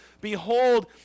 Behold